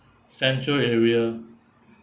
central area